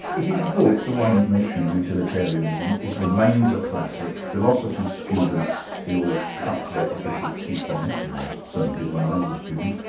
his book, the one you mentioned, utilitarianism, it remains a classic, philosophy students cut their ethical teeth on it, or they certainly did when i was a student.